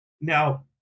Now